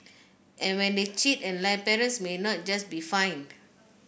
and when they cheat and lie parents may not just be fined